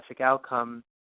outcome